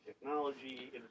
technology